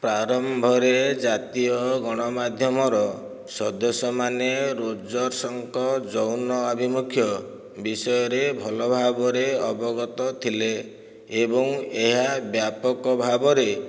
ପ୍ରାରମ୍ଭରେ ଜାତୀୟ ଗଣମାଧ୍ୟମର ସଦସ୍ୟମାନେ ରୋଜର୍ଶଙ୍କ ଯୌନ ଅଭିିମୁଖ୍ୟ ବିଷୟରେ ଭଲ ଭାବରେ ଅବଗତ ଥିଲେ ଏବଂ ଏହା ବ୍ୟାପକ ଭାବରେ